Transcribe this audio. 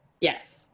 Yes